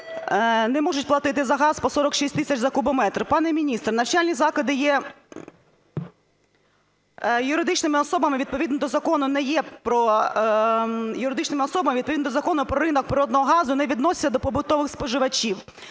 не можуть платити за газ по 46 тисяч за кубометр. Пане міністр, навчальні заклади є юридичними особами, відповідно до закону не є про… юридичними особами відповідно до Закону "Про ринок природного газу" не відносяться до побутових споживачів.